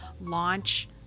launch